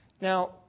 Now